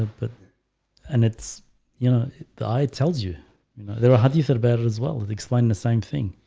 ah but and it's you know the eye tells you you know, there are how do you feel better as well? it explained the same thing.